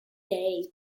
day